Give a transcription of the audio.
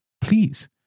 please